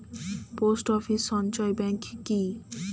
Post office সঞ্চয় bank কি?